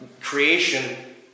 Creation